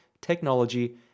technology